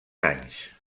anys